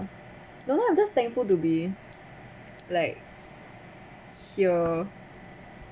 no lah I'm just thankful to be like here